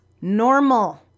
normal